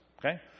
okay